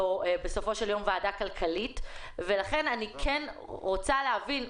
בסופו של יום זו ועדה כלכלית לכן אני כן רוצה להבין,